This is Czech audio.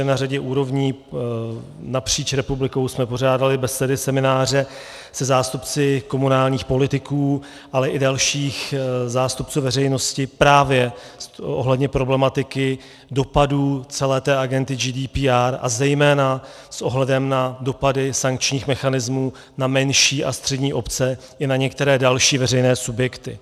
Na řadě úrovní jsme napříč republikou pořádali besedy, semináře se zástupci komunálních politiků, ale i dalších zástupců veřejnosti právě ohledně problematiky dopadů celé agendy GDPR a zejména s ohledem na dopady sankčních mechanismů na menší a střední obce i na některé další veřejné subjekty.